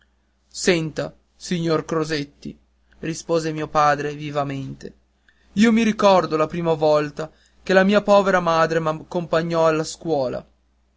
senta signor crosetti rispose mio padre vivamente io mi ricordo la prima volta che la mia povera madre m'accompagnò alla sua scuola